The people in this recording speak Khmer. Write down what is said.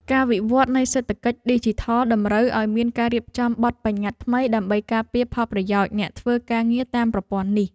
ការវិវត្តនៃសេដ្ឋកិច្ចឌីជីថលតម្រូវឱ្យមានការរៀបចំបទប្បញ្ញត្តិថ្មី ដើម្បីការពារផលប្រយោជន៍អ្នកធ្វើការងារតាមប្រព័ន្ធនេះ។